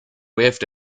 waved